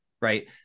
right